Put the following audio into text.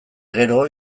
gero